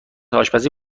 آشپزی